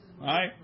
Right